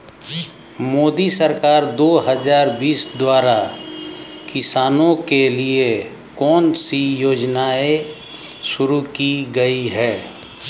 मोदी सरकार दो हज़ार बीस द्वारा किसानों के लिए कौन सी योजनाएं शुरू की गई हैं?